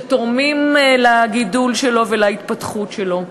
שתורמים לגידול שלו ולהתפתחות שלו.